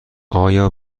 آیا